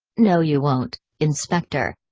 no you won't, inspector.